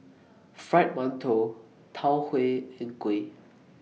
Fried mantou Tau Huay and Kuih